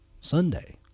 Sunday